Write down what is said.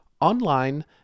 Online